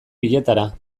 bietara